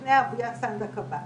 מפני אהוביה סנדק הבא.